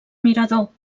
mirador